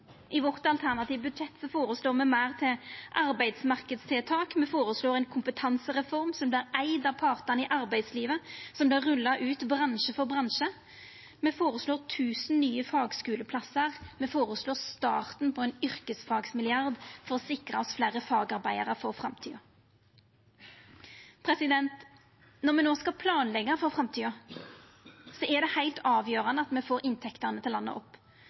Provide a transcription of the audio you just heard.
I vårt alternative budsjett føreslår me meir til arbeidsmarknadstiltak. Me føreslår ein kompetansereform som vert eigd av partane i arbeidslivet, som vert rulla ut bransje for bransje. Me føreslår 1 000 nye fagskuleplassar. Me føreslår starten på ein yrkesfagmilliard for å sikra oss fleire fagarbeidarar for framtida. Når me no skal planleggja for framtida, er det heilt avgjerande at me får inntektene til landet opp.